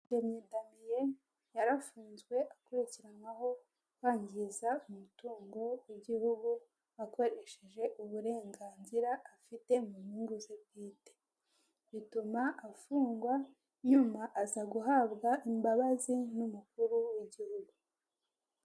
Bamwita Reveriye, yarafunzwe akurikiranweho kwangiza umutungo w'igihugu akoresheje uburenganzira afite mu nyungu ze bwite, butuma afungwa nyuma aza guhabwa imbabazi n'umukuru w'igihugu.